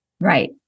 Right